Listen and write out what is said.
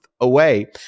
away